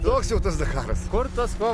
toks jau tas dakararas kur tas ko